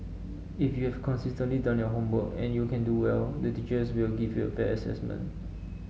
if you've consistently done your homework and you can do well the teachers will give you a fair assessment